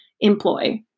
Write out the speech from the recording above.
employ